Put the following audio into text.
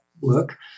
work